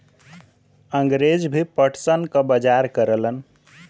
अंगरेज भी पटसन क बजार करलन